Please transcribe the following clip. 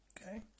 okay